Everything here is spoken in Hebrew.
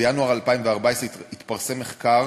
בינואר 2014 התפרסם מחקר